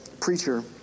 preacher